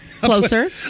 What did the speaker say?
Closer